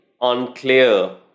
unclear